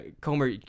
Comer